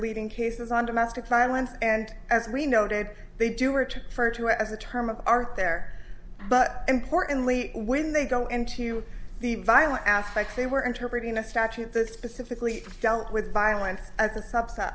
leading cases on domestic violence and as we noted they do are two for two as a term of art there but importantly when they go into the violent afaik they were interpreting a statute that specifically dealt with violence as a subset